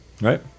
Right